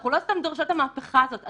אנחנו לא סתם דורשות את המהפכה הזאת.